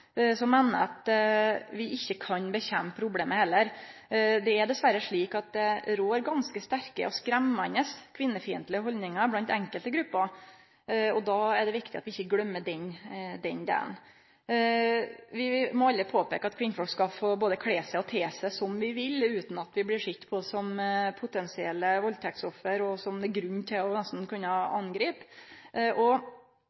få, meiner eg at vi ikkje kan kjempe mot problemet heller. Det er dessverre slik at det rår ganske sterke og skremmande kvinnefiendtlege haldningar i enkelte grupper, og da er det viktig at vi ikkje gløymer den delen. Vi må påpeike at kvinner skal få kle seg og te seg som dei vil, utan at dei blir sedde på som potensielle valdtektsoffer som det er grunn til å kunne angripe. Ein part eg har etterlyst i denne debatten, er innvandrarorganisasjonar og